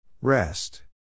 Rest